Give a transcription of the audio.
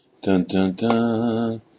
Dun-dun-dun